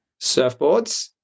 surfboards